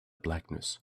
blackness